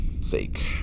sake